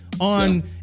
on